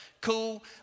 cool